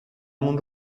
مون